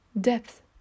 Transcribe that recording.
depth